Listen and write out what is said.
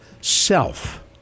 Self